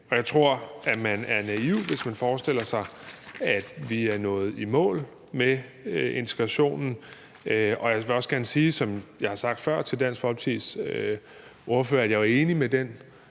og jeg tror, at man er naiv, hvis man forestiller sig, at vi er nået i mål med integrationen. Jeg vil også gerne sige, som jeg har sagt før til Dansk Folkepartis ordfører, at jeg er enig i det,